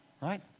Right